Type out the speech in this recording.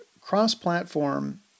cross-platform